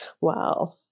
wow